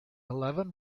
eleven